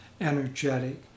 energetic